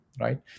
right